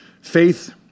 faith